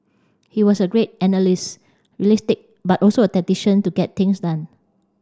he was a great analyst realistic but also a tactician to get things done